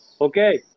Okay